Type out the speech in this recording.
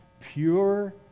pure